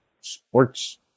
sports